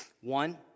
one